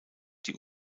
die